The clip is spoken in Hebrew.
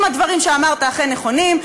אם הדברים שאמרת אכן נכונים,